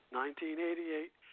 1988